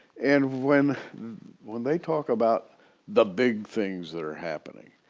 and when when they talk about the big things that are happening,